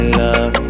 love